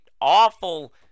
awful